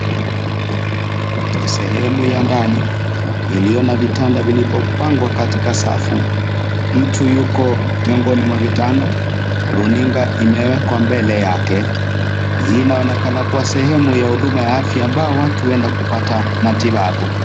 Ni sehemu ya ndani iliyo na vitanda vilivyopangwa katika safu. Mtu yuko mwingoni mwa vitanda, runinga imewekwa mbele yake. Hii inaonekana kuwa sehemu ya huduma ya afya ambayo watu huenda kupata matibabu.